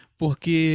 porque